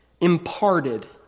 Imparted